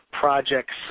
projects